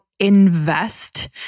invest